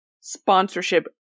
sponsorship